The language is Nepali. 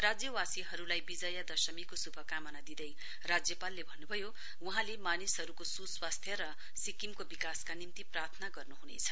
राज्यवासीहरुलाई विजयादशमीको शुभकामना दिँदै राज्यपालले भन्नुभयो वहाँले मानिसहरुको सुस्वास्थ्य र सिक्किमको विकासका निम्ति प्रार्थना गर्नुहनेछ